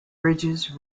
bridges